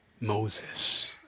Moses